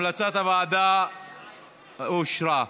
המלצת הוועדה אושרה.